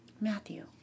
Matthew